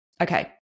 Okay